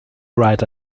ride